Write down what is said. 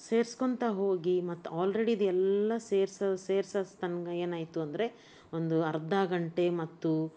ಸೇರ್ಸ್ಕೊಳ್ತಾ ಹೋಗಿ ಮತ್ತು ಆಲ್ರೇಡಿ ಇದೆಲ್ಲ ಸೇರಿಸೋ ಸೇರ್ಸೊ ತನಕ ಏನಾಯಿತು ಅಂದರೆ ಒಂದು ಅರ್ಧ ಗಂಟೆ ಮತ್ತು